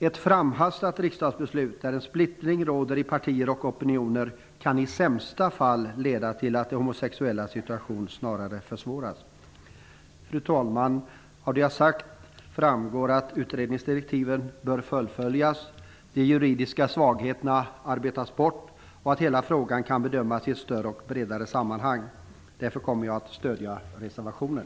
Ett framhastat riksdagsbeslut, där en splittring råder i partier och opinioner, kan i sämsta fall leda till att de homosexuellas situation snarare försvåras. Fru talman! Av det jag har sagt framgår att utredningsdirektiven bör fullföljas, att de juridiska svagheterna bör arbetas bort och att hela frågan bör bedömas i ett större och bredare sammanhang. Jag kommer därför att stödja reservationen.